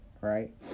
right